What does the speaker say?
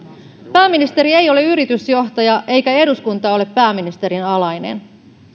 pääministeri ei ole yritysjohtaja eikä eduskunta ole pääministerin alainen